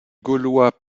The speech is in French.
gaulois